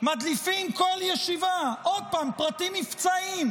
מדליפים מכל ישיבה, עוד פעם, פרטים מבצעיים,